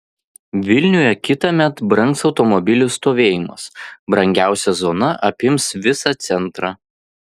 vilniuje kitąmet brangs automobilių stovėjimas brangiausia zona apims visą centrą